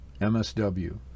MSW